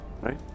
right